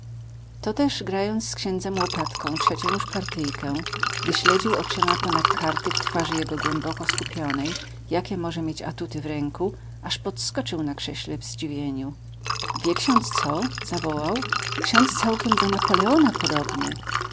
niczym toteż grając z księdzem łopatką trzecią już partyjkę gdy śledził oczyma ponad karty w twarzy jego głęboko skupionej jakie może mieć atuty w ręku aż podskoczył na krześle w zdziwieniu i wie ksiądz co zawołał ksiądz całkiem do napoleona podobny